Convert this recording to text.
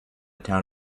town